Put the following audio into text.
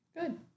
Good